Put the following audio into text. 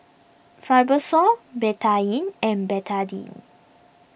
Fibrosol Betadine and Betadine